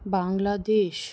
Bangladesh